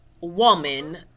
woman